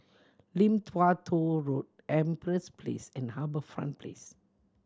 Lim Tua Tow Road Empress Place and HarbourFront Place